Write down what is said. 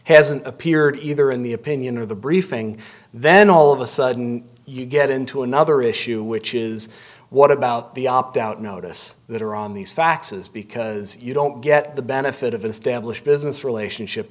hasn't appeared either in the opinion or the briefing then all of a sudden you get into another issue which is what about the opt out notice that are on these faxes because you don't get the benefit of an established business relationship